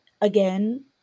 again